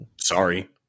sorry